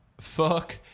Fuck